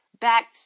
back